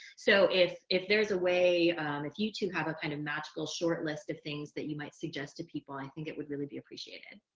so if if there is a way for you to have a kind of magical short list of things that you might suggest to people, i think it would really be appreciated.